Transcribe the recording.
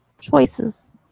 Choices